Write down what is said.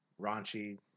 raunchy